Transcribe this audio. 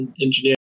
engineering